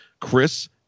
Chris